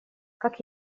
как